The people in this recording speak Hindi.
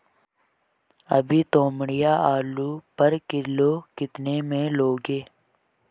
अभी तोमड़िया आलू पर किलो कितने में लोगे?